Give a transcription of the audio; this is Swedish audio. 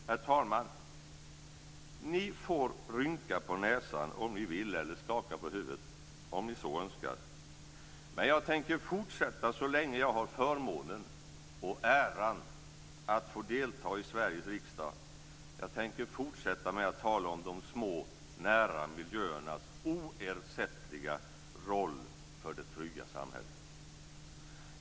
Herr talman! Ni får rynka på näsan om ni vill eller skaka på huvudet om ni så önskar, men jag tänker fortsätta så länge jag har förmånen och äran att få delta i Sveriges riksdag att tala om de små nära miljöernas oersättliga roll för det trygga samhället.